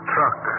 Truck